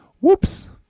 Whoops